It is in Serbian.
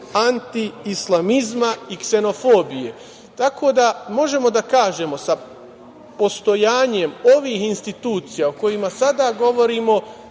antiislamizma i ksenofobije, tako da možemo da kažemo, sa postojanjem ovih institucija o kojima sada govorimo,